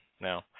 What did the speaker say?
No